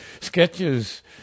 sketches